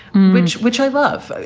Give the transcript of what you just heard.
which which i love.